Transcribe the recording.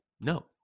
no